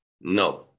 No